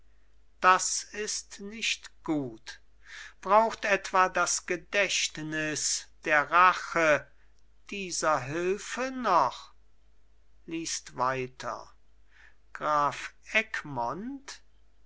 das ist nicht gut braucht etwa das gedächtnis der rache dieser hülfe noch liest weiter graf